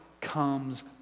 comes